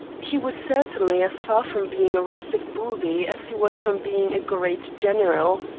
he was certainly as far from being a rustic booby as he was from being a great general.